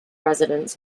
residents